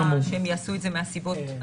אז לא הייתי רוצה שהם יעשו את זה מהסיבות האלה.